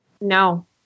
No